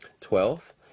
Twelfth